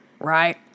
right